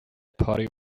party